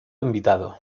invitado